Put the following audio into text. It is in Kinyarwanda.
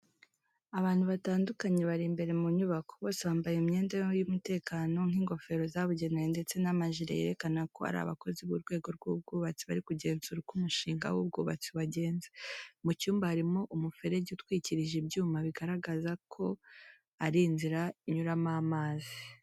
Abantu batandukanye bari imbere mu nyubako. Bose bambaye imyenda y'umutekano nk’ingofero zabugenewe ndetse n’amajire yerekana ko ari abakozi b’urwego rw’ubwubatsi bari kugenzura uko umushinga w'ubwubatsi wagenze. Mu cyumba barimo umuferege utwikirije ibyuma bigaragara ko ari inzira inyuramo amazi.